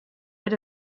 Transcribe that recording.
rid